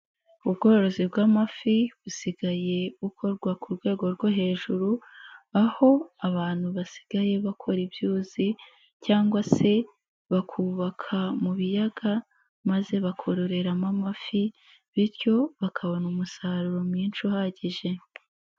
Ubworozi bw'amafi busigaye bukorwa ku rwego rwo hejuru, aho abantu basigaye bakora ibyuzi cyangwa se bakubaka mu biyaga maze bakororeramo amafi bityo bakabona umusaruro mwinshi uhagije.